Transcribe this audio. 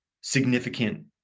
significant